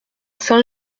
saint